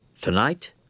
Tonight